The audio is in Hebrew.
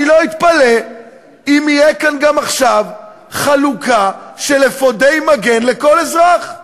אני לא אתפלא אם תהיה כאן גם עכשיו חלוקה של אפודי מגן לכל אזרח.